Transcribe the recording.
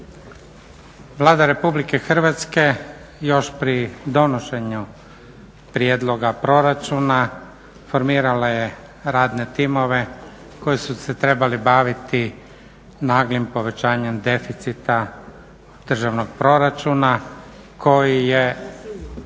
Vlada Republike Hrvatske još pri donošenju prijedloga proračuna formirala je radne timove koji su se trebali baviti naglim povećanjem deficita državnog proračuna koji je